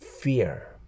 fear